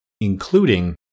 including